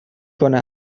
کنه